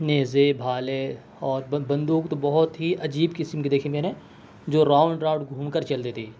نیزے بھالے اور بندوق تو بہت تھی عجیب قسم کی دیکھیں میں نے جو راؤنڈ راؤنڈ گھوم کر چلتی تھی